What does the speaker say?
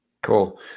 Cool